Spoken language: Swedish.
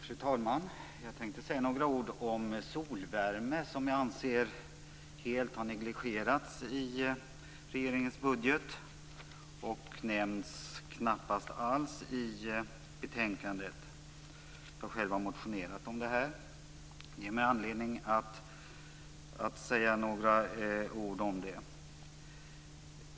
Fru talman! Jag tänkte säga några ord om solvärme, som jag anser helt har negligerats i regeringens budget, och det nämns knappast alls i betänkandet. Jag har motionerat om detta, vilket ger mig anledning att säga några ord.